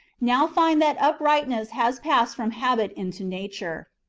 now find that uprightness has passed from habit into nature.